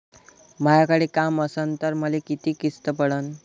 मायाकडे काम असन तर मले किती किस्त पडन?